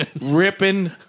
ripping